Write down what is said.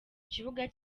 kibuga